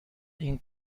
این